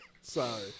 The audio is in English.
Sorry